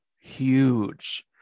huge